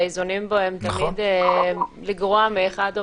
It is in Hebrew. והאיזונים בו תמיד לגרוע מאחד או